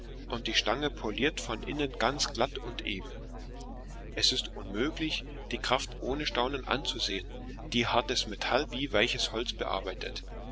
und die stange poliert von innen ganz glatt und eben es ist unmöglich die kraft ohne staunen anzusehen die hartes metall wie weiches holz bearbeitet